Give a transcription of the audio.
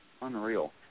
Unreal